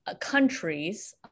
countries